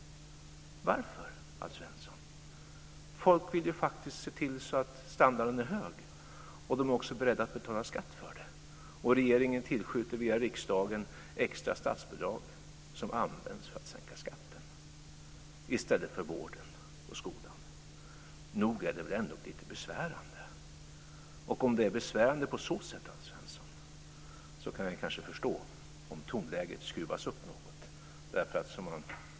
Varför, Alf Svensson? Folk vill faktiskt se till så att standarden är hög. De är också beredda att betala skatt för det. Regeringen tillskjuter via riksdagen extra statsbidrag som används för att sänka skatten i stället för till vården och skolan. Nog är det väl lite besvärande. Om det är besvärande kan jag förstå att tonläget skruvas upp något.